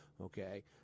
Okay